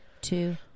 two